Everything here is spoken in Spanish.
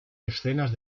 escenas